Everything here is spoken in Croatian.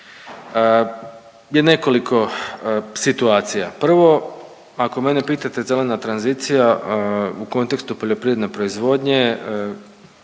je nekoliko situacija. Prvo ako mene pitate zelena tranzicija u kontekstu poljoprivredne proizvodnje,